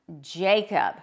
Jacob